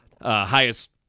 highest